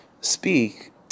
speak